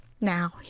now